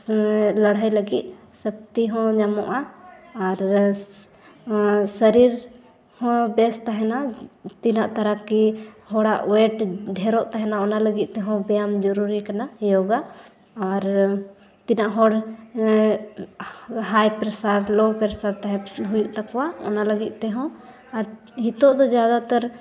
ᱞᱟᱹᱲᱦᱟᱹᱭ ᱞᱟᱹᱜᱤᱫ ᱥᱚᱠᱛᱤ ᱦᱚᱸ ᱧᱟᱢᱚᱜᱼᱟ ᱟᱨ ᱥᱚᱨᱤᱨ ᱦᱚᱸ ᱵᱮᱥ ᱛᱟᱦᱮᱱᱟ ᱛᱤᱱᱟᱹᱜ ᱛᱟᱨᱟ ᱠᱤ ᱦᱚᱲᱟᱜ ᱳᱭᱮᱴ ᱰᱷᱮᱨᱚᱜ ᱛᱟᱦᱮᱱᱟ ᱚᱱᱟ ᱞᱟᱹᱜᱤᱫ ᱛᱮᱦᱚᱸ ᱵᱮᱭᱟᱢ ᱡᱚᱨᱩᱨᱤ ᱠᱟᱱᱟ ᱡᱳᱜᱟ ᱟᱨ ᱛᱤᱱᱟᱹᱜ ᱦᱚᱲ ᱦᱟᱭ ᱯᱮᱥᱟᱨ ᱞᱳ ᱯᱮᱥᱟᱨ ᱛᱟᱦᱮᱸ ᱦᱩᱭᱩᱜ ᱛᱟᱠᱚᱣᱟ ᱚᱱᱟ ᱞᱟᱹᱜᱤᱫ ᱛᱮᱦᱚᱸ ᱟᱨ ᱱᱤᱛᱳᱜ ᱫᱚ ᱡᱟᱫᱟᱛᱟᱨ